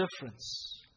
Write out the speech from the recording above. difference